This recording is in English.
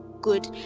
good